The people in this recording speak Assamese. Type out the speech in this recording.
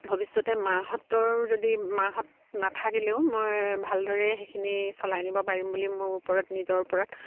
ভৱিষ্যতে মাহঁতৰো যদি মাহঁত নাথাকিলেও মই ভালদৰে সেইখিনি চলাই নিব পাৰিম বুলি মোৰ ওপৰত নিজৰ ওপৰত